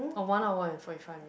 oh one hour and forty five minute